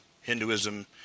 Hinduism